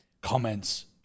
comments